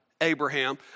Abraham